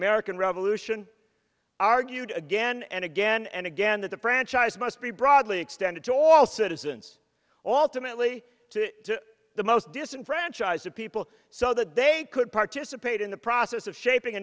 american revolution argued again and again and again that the franchise must be broadly extended to all citizens alternately to the most disenfranchised of people so that they could participate in the process of shaping a